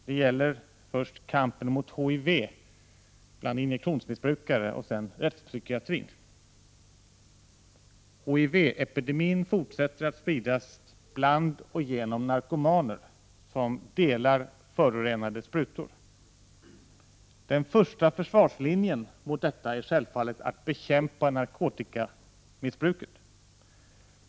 Det gäller först kampen mot HIV bland injicerande missbrukare och sedan rättspsykiatrin. HIV-epidemin fortsätter att spridas bland och genom narkomaner som delar förorenade sprutor. Den första försvarslinjen mot detta är självfallet att bekämpa narkotikamissbruket.